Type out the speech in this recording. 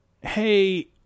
hey